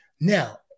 Now